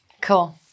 Cool